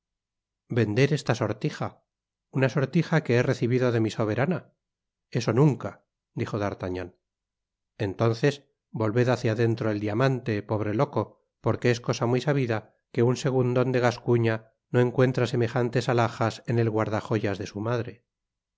vender esta sortija una sortija que he recibido de mi soberana eso nunca dijo d'artagnan entonces volved hácia dentro el diamante pobre loco porque es cosa muy sabida que un segundon de gascuña no encuentra semejantes athajas en el guardajoyas de su madre